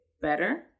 better